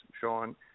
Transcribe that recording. Sean